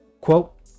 Quote